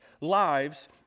lives